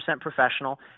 professional